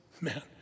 man